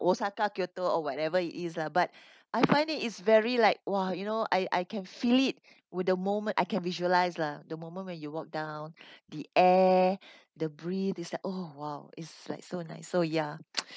osaka kyoto or whatever it is lah but I find it is very like !wah! you know I I can feel it with the moment I can visualise lah the moment when you walk down the air the breeze it's like oh !wow! is like so nice so ya